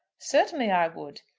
certainly i would.